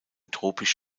tropisch